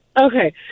okay